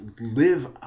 live